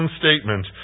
statement